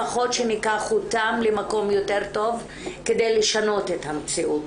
לפחות שניקח אותם למקום יותר טוב כדי לשנות את המציאות,